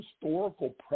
historical